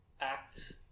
act